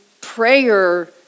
prayer